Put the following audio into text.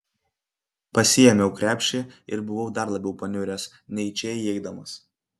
pasiėmiau krepšį ir buvau dar labiau paniuręs nei į čia įeidamas